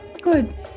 good